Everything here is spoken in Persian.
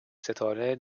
ستاره